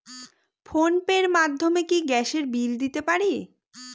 Phone pay র মাধ্যমে কি গ্যাসের বিল দিতে পারি?